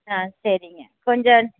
ஆ சரிங்க கொஞ்சம்